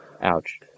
Ouch